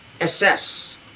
assess